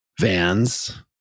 Vans